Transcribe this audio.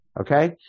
Okay